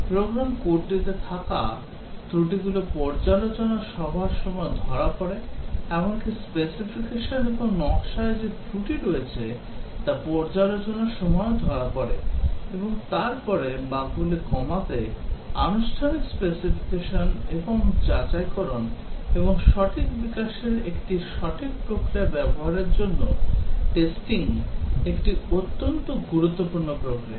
programme কোডটিতে থাকা ত্রুটিগুলি পর্যালোচনা সভার সময় ধরা পড়ে এমনকি স্পেসিফিকেশন এবং নকশায় যে ত্রুটি রয়েছে তা পর্যালোচনা সভায় ধরা পড়ে এবং তারপরে বাগগুলি কমাতে আনুষ্ঠানিক স্পেসিফিকেশন এবং যাচাইকরণ এবং সঠিক বিকাশের একটি সঠিক প্রক্রিয়া ব্যবহারের জন্য টেস্টিং একটি অত্যন্ত গুরুত্বপূর্ণ প্রক্রিয়া